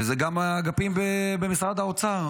וזה גם האגפים במשרד האוצר,